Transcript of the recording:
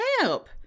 help